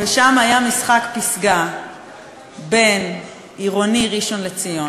ושם היה משחק פסגה בין "עירוני ראשון-לציון",